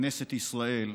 כנסת ישראל,